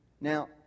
Now